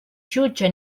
jutge